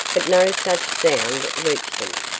but no such sound reached them.